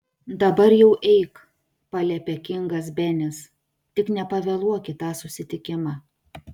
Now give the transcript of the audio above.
dabar jau eik paliepė kingas benis tik nepavėluok į tą susitikimą